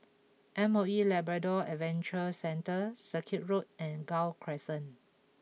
M O E Labrador Adventure Centre Circuit Road and Gul Crescent